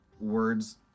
words